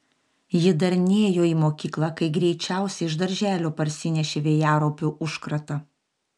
ji dar nėjo į mokyklą kai greičiausiai iš darželio parsinešė vėjaraupių užkratą